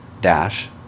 dash